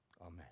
Amen